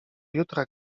jutra